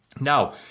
Now